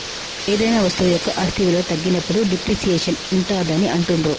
ఏదైనా వస్తువు యొక్క ఆస్తి విలువ తగ్గినప్పుడు డిప్రిసియేషన్ ఉంటాదని అంటుండ్రు